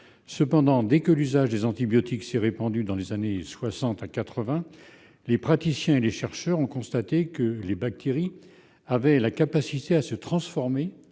Cependant, dès que l'usage des antibiotiques s'est répandu entre les années 1960 et 1980, les praticiens et les chercheurs ont constaté que les bactéries avaient la capacité à se transformer